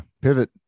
pivot